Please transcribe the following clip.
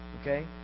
Okay